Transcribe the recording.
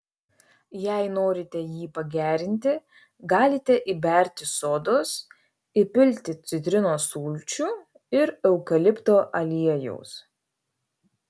jei norite jį pagerinti galite įberti sodos įpilti citrinos sulčių ir eukalipto aliejaus